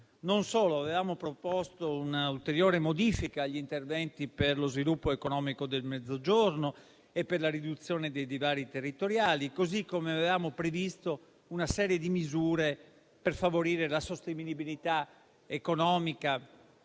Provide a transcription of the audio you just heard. Non solo, ma avevamo proposto una ulteriore modifica agli interventi per lo sviluppo economico del Mezzogiorno e per la riduzione dei divari territoriali; così come avevamo previsto una serie di misure per favorire la sostenibilità economica